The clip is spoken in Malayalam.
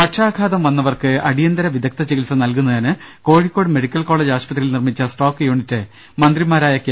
പക്ഷാഘാതം വന്നവർക്ക് അടിയന്തര വിദഗ്ദ ചികിത്സ നൽകു ന്നതിന് കോഴിക്കോട് മെഡിക്കൽ കോളേജ് ആശുപത്രിയിൽ നിർമിച്ച സ്ട്രോക്ക് യൂണിറ്റ് മന്ത്രിമാരായ കെ